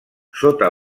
sota